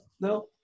No